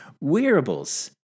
wearables